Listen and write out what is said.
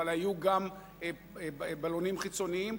אבל היו גם בלונים חיצוניים,